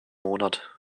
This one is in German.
monat